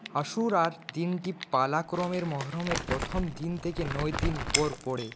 আশুরার দিনটি পালাক্রমে মহররমের প্রথম দিন থেকে নয় দিন পর পরে